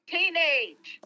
Teenage